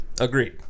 Agreed